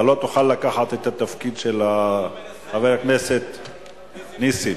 אתה לא תוכל לקחת את התפקיד של חבר הכנסת נסים.